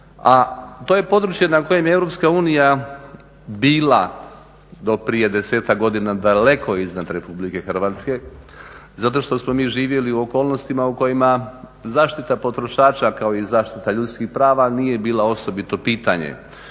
a to je područje na kojem je Europska unija bila do prije 10-tak godina daleko iznad Republike Hrvatske zato što smo mi živjeli u okolnostima u kojima zaštita potrošača, kao i zaštita ljudskih prava nije bila osobito pitanje.